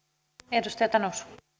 arvoisa rouva